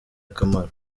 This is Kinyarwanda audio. akamaro